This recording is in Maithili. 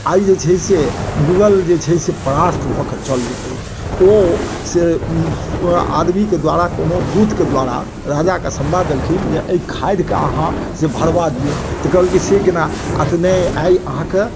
आइ जे छै से मुग़ल जे छै से परास्त भऽ के चल जेतै ओ से आदमी के द्वारा कोनो दूत के द्वारा राजा के संवाद देलखिन जे एहि खादि के अहाँ से भरबा दियौ तऽ कहलकै से केना आ तऽ नहि आइ अहाँके